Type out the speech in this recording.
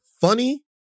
funny